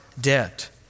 debt